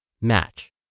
match